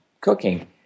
cooking